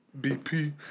BP